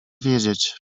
wiedzieć